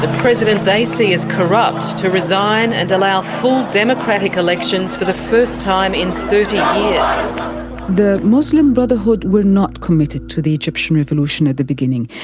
president they see as corrupt, to resign and allow full democratic elections for the first time in thirty the muslim brotherhood were not committed to the egyptian revolution at the beginning.